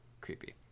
creepy